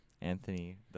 Anthony